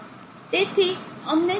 તેથી અમને ચાર્જ પમ્પની જરૂર છે